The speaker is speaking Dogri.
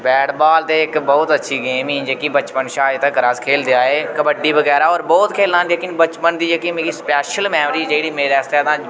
बैट बॉल ते इक बहुत अच्छी गेम ही जेह्की बचपन शा अज्ज तकर अस खेल्लदे आए कबड्डी बगैर होर बहुत खेलां न लेकिन बचपन दी जेह्की मेरी स्पेशल मेमोरी जेह्ड़ी मेरे आस्तै तां